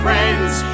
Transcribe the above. Friends